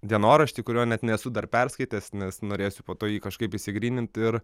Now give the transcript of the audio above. dienoraštį kurio net nesu dar perskaitęs nes norėsiu po to jį kažkaip išsigrynint ir